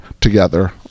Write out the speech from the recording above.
together